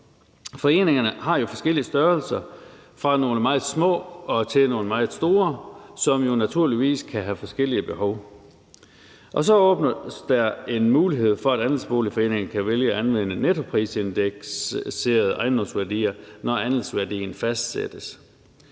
Foreningerne har jo forskellige størrelser fra nogle meget små og til nogle meget store, som jo naturligvis kan have forskellige behov. Der åbnes også for en mulighed for, at andelsboligforeningerne kan vælge at anvende nettoprisindekserede ejendomsværdier, når andelsværdien fastsættes.